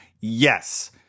Yes